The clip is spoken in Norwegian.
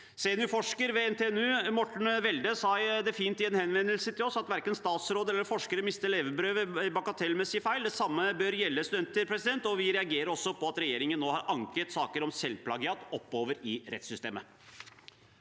Seniorforsker ved NTNU, Morten Welde, sa det fint i sin henvendelse til oss – at verken statsråder eller forskere mister levebrødet sitt av bagatellmessige feil. Det samme bør gjelde studenter. Vi reagerer også på at regjeringen nå har anket saker om selvplagiat oppover i rettssystemet.